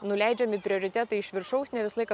nuleidžiami prioritetai iš viršaus ne visą laiką